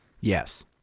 Yes